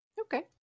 Okay